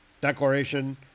Declaration